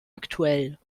aktuell